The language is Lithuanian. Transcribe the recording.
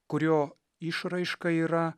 kurio išraiška yra